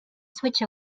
switch